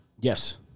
Yes